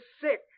sick